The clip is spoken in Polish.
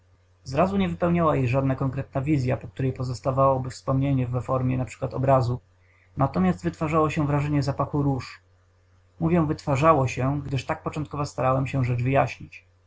z godzinę zrazu nie wypełniała jej żadna konkretna wizya po której pozostawałoby wspomnienie we formie np obrazu natomiast wytwarzało się wrażenie zapachu róż mówię wytwarzało się gdyż tak początkowo starałem się rzecz wyjaśnić